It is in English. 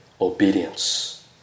obedience